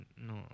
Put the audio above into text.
No